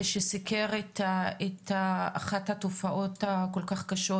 שסיקר את אחת התופעות הכל כך קשות